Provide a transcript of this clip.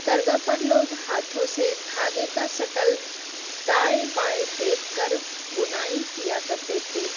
کرگھا پر لوگ ہاتھوں سے دھاگے کا سٹل دائیں بائیں پھیک کر بُنائی کیا کرتے تھے